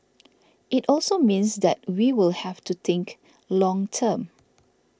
it also means that we will have to think long term